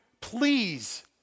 please